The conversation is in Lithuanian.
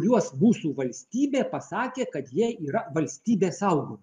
kuriuos mūsų valstybė pasakė kad jie yra valstybės saugomi